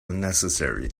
necessary